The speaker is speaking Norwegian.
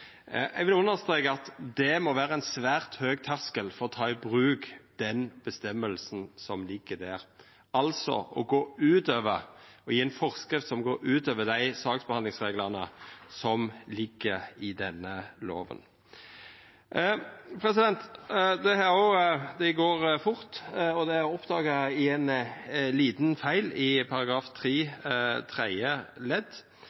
Eg vil streka under at det må vera ein svært høg terskel for å ta i bruk den føresegna som ligg der, altså å gje ei forskrift som går utover dei sakshandsamingsreglane som ligg i denne lova. Dette har gått fort, og det er oppdaga ein liten feil i